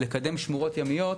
לקדם שמורות ימיות.